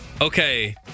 okay